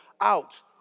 out